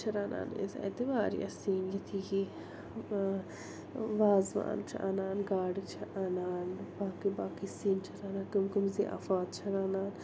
چھِ رَنان أسۍ اَتہِ واریاہ سِنۍ یِتھی ہی وازوان چھِ اَنان گاڈٕ چھِ اَنان باقٕے باقٕے سِنۍ چھِ رَنان کٕم کٕم ضِیافات چھِ رَنان